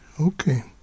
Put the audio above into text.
Okay